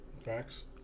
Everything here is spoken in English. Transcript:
Facts